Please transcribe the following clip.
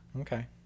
Okay